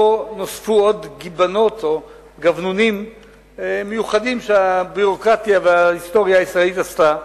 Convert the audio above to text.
פה נוספו עוד גבנונים מיוחדים שהביורוקרטיה וההיסטוריה הישראלית עשתה.